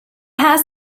has